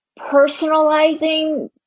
personalizing